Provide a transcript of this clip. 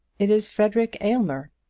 it is frederic aylmer.